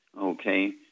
okay